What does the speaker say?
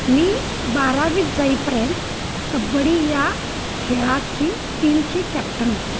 मी बारावीत जाईपर्यंत कबड्डी या खेळाची टीमची कॅप्टन होते